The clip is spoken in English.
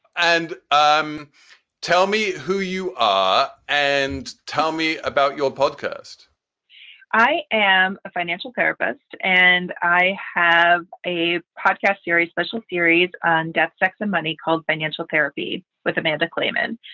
and um tell me who you are. and tell me about your podcast i am a financial therapist and i have a podcast series, special series on death, sex and money called financial therapy with amanda kliman,